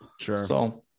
Sure